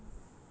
okay